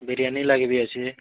ବିରିୟାନୀ ଲାଗି ବି ଅଛେ